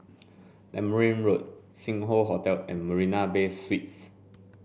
Tamarind Road Sing Hoe Hotel and Marina Bay Suites